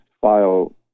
file